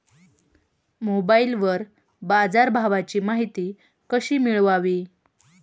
मोबाइलवर बाजारभावाची माहिती कशी मिळवावी?